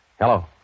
Hello